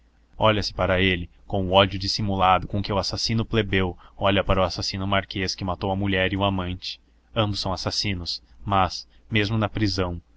olha se para ele com o ódio dissimulado com que o assassino plebeu olha para o assassino marquês que matou a mulher e o amante ambos são assassinos mas mesmo na prisão